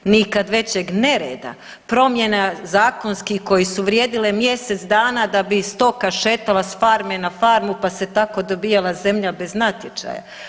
Nikad većeg nereda, promjena zakonskih koje su vrijedile mjesec dana da bi stoka šetala s farme na farmu, pa se tako dobijala zemlja bez natječaja.